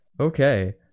Okay